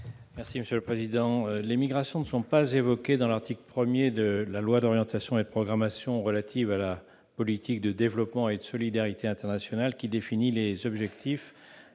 est à M. Claude Malhuret. Les migrations ne sont pas évoquées à l'article 1 de la loi d'orientation et de programmation relative à la politique de développement et de solidarité internationale, qui définit les objectifs